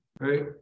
Right